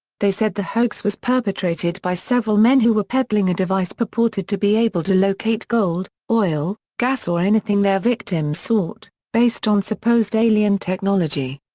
they said the hoax was perpetrated by several men who were peddling a device purported to be able to locate gold, oil, gas or anything their victims sought, based on supposed alien technology.